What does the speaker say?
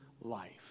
life